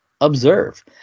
Observe